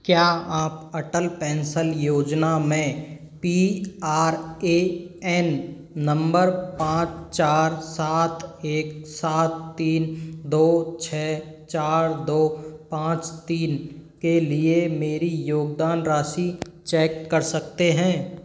क्या आप अटल पेंसन योजना में P R A N number पाँच चार सात एक सात तीन दो छः चार दो पाँच तीन के लिए मेरी योगदान राशि चेक कर सकते हैं